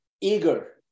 eager